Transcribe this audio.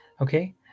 Okay